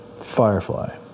Firefly